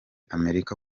amerika